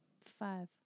five